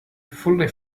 fully